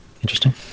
interesting